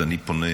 אז אני פונה,